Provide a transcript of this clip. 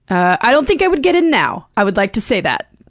i don't think i would get in now. i would like to say that.